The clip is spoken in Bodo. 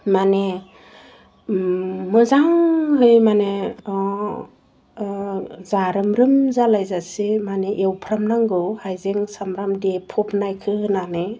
मानि मोजाङै मानि अह ओह जारोमरोम जालायजासे एवनानै एवफ्रामनांगौ हायजें सामब्राम देफबनायखौ होनानै